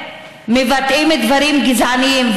ומבטאים דברים גזעניים,